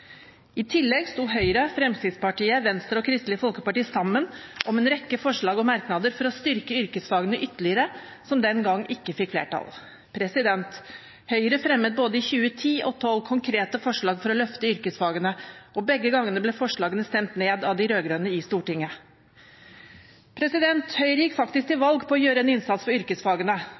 I tillegg sto Høyre, Fremskrittspartiet, Venstre og Kristelig Folkeparti sammen om en rekke forslag og merknader for å styrke yrkesfagene ytterligere som den gang ikke fikk flertall. Høyre fremmet både i 2010 og 2012 konkrete forslag for å løfte yrkesfagene, og begge gangene ble forslagene stemt ned av de rød-grønne i Stortinget. Høyre gikk faktisk til